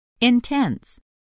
Intense